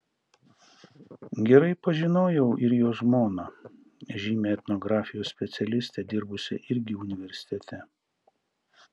gerai pažinojau ir jo žmoną žymią etnografijos specialistę dirbusią irgi universitete